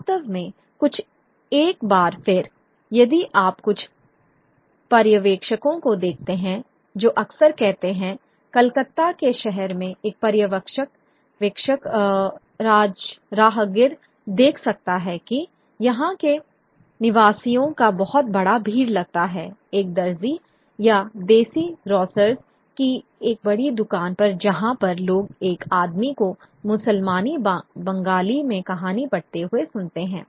वास्तव में कुछ एक बार फिर यदि आप कुछ पर्यवेक्षकों को देखते हैं जो अक्सर कहते हैं कलकत्ता के शहर में एक पर्यवेक्षक राहगीर देख सकता है कि यहां के निवासियों का बहुत बड़ा भीड़ लगा है एक दर्जी या देशी ग्रॉसर्स की एक बड़ी दुकान पर जहां पर लोग एक आदमी को मुसलमानी बंगाली में कहानी पढ़ते हुए सुनते हैं